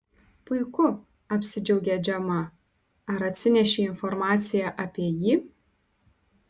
puiku apsidžiaugė džemą ar atsinešei informaciją apie jį